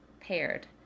paired